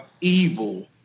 evil